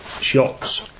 Shots